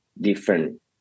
different